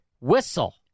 whistle